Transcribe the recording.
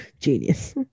genius